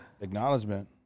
acknowledgement